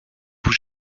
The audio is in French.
vous